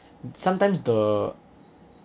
sometimes the